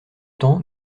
temps